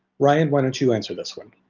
ryan, why don't you answer this one?